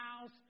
house